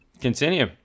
Continue